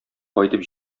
кайтып